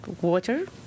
water